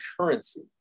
currency